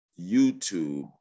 YouTube